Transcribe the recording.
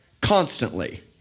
Constantly